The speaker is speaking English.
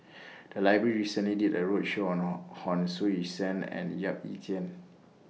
The Library recently did A roadshow on Hon Sui Sen and Yap Ee Chian